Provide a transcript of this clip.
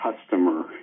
customer